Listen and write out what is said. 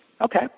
okay